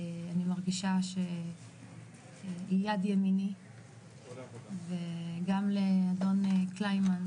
אני מרגישה שהיא יד ימיני וגם לאדון קליימן